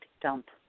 dump